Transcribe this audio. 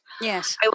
Yes